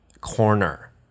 corner